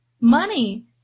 money